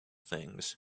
things